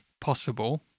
possible